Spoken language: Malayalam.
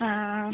ആ ആ ആ